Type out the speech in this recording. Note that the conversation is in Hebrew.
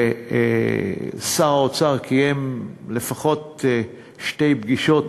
שר האוצר קיים לפחות שתי פגישות